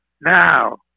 now